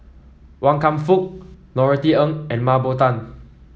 Wan Kam Fook Norothy Ng and Mah Bow Tan